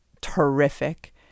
terrific